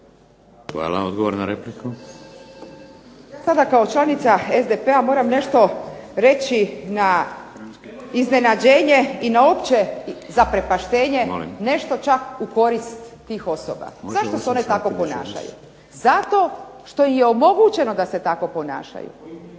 Ingrid (SDP)** Sada kao članica SDP-a moram nešto reći na iznenađenje i na opće zaprepaštenje nešto čak u korist tih osoba. Zašto se one tako ponašaju? Zato što im je omogućeno da se tako ponašaju.